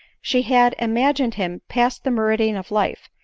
she had ima gined him past the meridian of life,